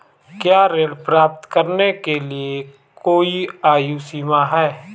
क्या ऋण प्राप्त करने के लिए कोई आयु सीमा है?